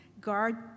guard